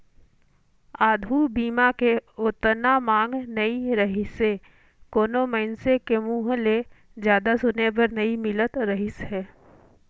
आघू बीमा के ओतना मांग नइ रहीसे कोनो मइनसे के मुंहूँ ले जादा सुने बर नई मिलत रहीस हे